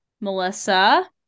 Melissa